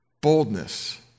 boldness